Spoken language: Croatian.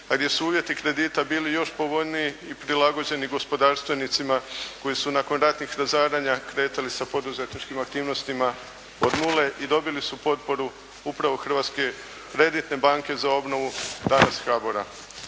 a gdje su uvjeti kredita bili još povoljniji i prilagođeni gospodarstvenicima koji su nakon ratnih razaranja kretali sa poduzetničkim aktivnostima od nule i dobili su potporu upravo Hrvatske kreditne banke za obnovu i razvoj HBOR-a.